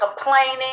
complaining